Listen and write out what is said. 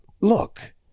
look